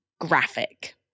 graphic